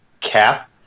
cap